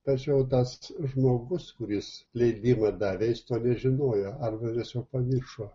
tačiau tas žmogus kuris leidimą davė jis to nežinojo ar tiesiog pamiršo